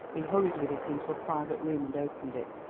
he hurried with it into a private room and opened it.